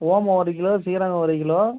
ஓமம் ஒரு கிலோ சீரகம் ஒரு கிலோ